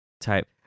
type